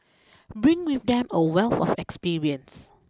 bring with them a wealth of experience